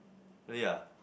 really ah